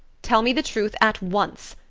tell me the truth at once.